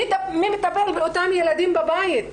מי מטפל באותם ילדים בבית?